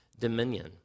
dominion